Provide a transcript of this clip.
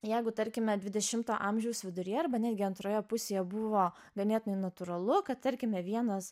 jeigu tarkime dvidešimto amžiaus viduryje arba netgi antroje pusėje buvo ganėtinai natūralu kad tarkime vienas